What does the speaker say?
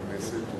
בכנסת,